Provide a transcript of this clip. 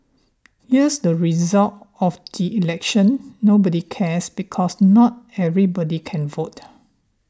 here's the result of the election nobody cares because not everybody can vote